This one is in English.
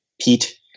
pete